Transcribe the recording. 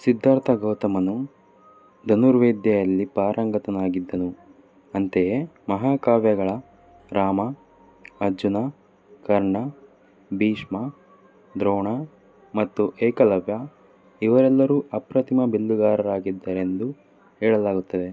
ಸಿದ್ಧಾರ್ಥ ಗೌತಮನು ಧನುರ್ವಿದ್ಯೆಯಲ್ಲಿ ಪಾರಂಗತನಾಗಿದ್ದನು ಅಂತೆಯೇ ಮಹಾಕಾವ್ಯಗಳ ರಾಮ ಅರ್ಜುನ ಕರ್ಣ ಭೀಷ್ಮ ದ್ರೋಣ ಮತ್ತು ಏಕಲವ್ಯ ಇವರೆಲ್ಲರೂ ಅಪ್ರತಿಮ ಬಿಲ್ಲುಗಾರರಾಗಿದ್ದರೆಂದು ಹೇಳಲಾಗುತ್ತದೆ